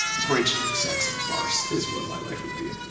french sex farce is what my life would be.